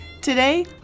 Today